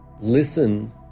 Listen